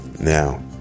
Now